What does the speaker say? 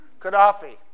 Qaddafi